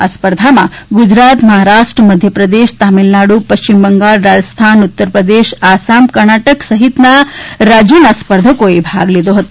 આ સ્પર્ધામાં ગુજરાત મહારાષ્ટ્રમધ્યપ્રદેશતામિલનાડુપશ્ચિમ બંગાળ રાજસ્થાનઉતરપ્રદેશ આસામકર્ણાટક સહિતના સભ્યોના સ્પર્ધકોએ ભાગ લીધો હતો